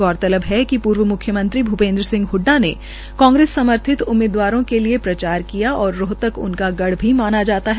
गौरतलब है कि पूर्व म्ख्यमंत्री भ्पेन्द्र सिंह हडडा ने कांग्रेस समर्थित उम्मीदवारों के प्रचार किया और रोहतक उनका गढ़ भी माना जाता है